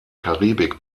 karibik